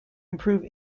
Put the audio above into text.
improve